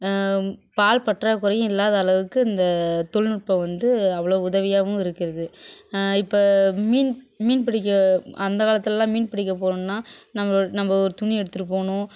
பால் பற்றாக்குறையும் இல்லாது அளவுக்கு இந்த தொழில்நுட்பம் வந்து அவ்வளோ உதவியாகவும் இருக்கின்றது இப்போ மீன் மீன் பிடிக்க அந்த காலத்துலேலாம் மீன் பிடிக்க போணும்னா நம்மளோடய நம்ம ஒரு துணி எடுத்துகிட்டு போகணும்